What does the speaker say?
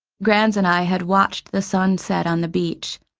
grans and i had watched the sun set on the beach.